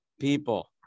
people